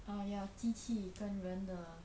oh ya 机器跟人的